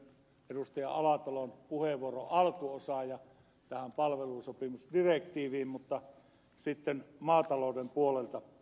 alatalon puheenvuoron alkuosaan ja tähän palvelusopimusdirektiiviin mutta sitten maatalouden puolelta